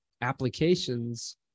applications